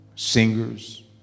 Singers